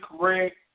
correct